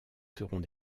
seront